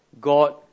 God